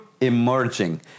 emerging